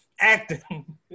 acting